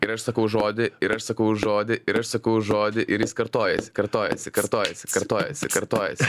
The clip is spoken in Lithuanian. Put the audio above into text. ir aš sakau žodį ir aš sakau žodį ir aš sakau žodį ir jis kartojasi kartojasi kartojasi kartojasi kartojasi